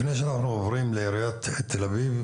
לפני שאנחנו עוברים לעיריית תל אביב,